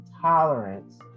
tolerance